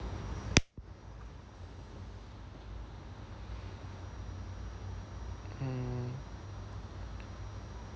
mm